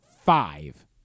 Five